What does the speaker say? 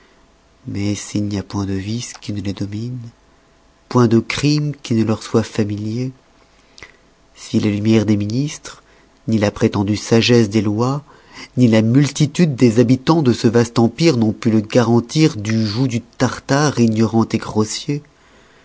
mais s'il n'y a point de vice qui les domine point de crime qui ne leur soit familier si les lumières des ministres ni la prétendue sagesse des loix ni la multitude des habitans de ce vaste empire n'ont pu le garantir du joug du tartare ignorant